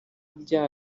byaha